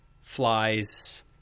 flies